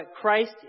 Christ